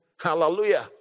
Hallelujah